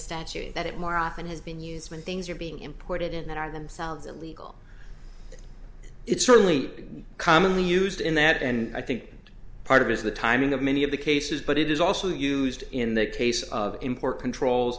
statute that it more often has been used when things are being imported in that are themselves a legal it's really commonly used in that and i think part of is the timing of many of the cases but it is also used in the case of import controls